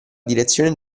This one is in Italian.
direzione